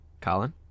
Colin